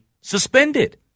suspended